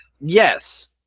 Yes